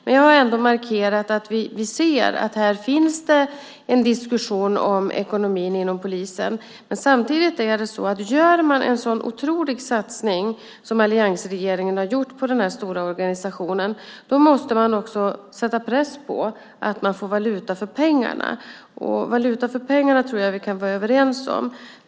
Men jag har ändå markerat att vi ser att det finns en diskussion om ekonomin inom polisen. Men samtidigt är det så att om man gör en sådan otrolig satsning som alliansregeringen har gjort på denna stora organisation måste man också sätta press på att man får valuta för pengarna. Att man ska få valuta för pengarna tror jag att vi kan vara överens om.